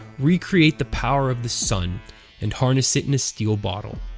recreate the power of the sun and harness it in a steel bottle.